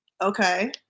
okay